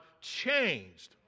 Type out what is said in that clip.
changed